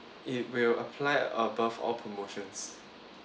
it will apply above all promotions